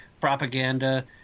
propaganda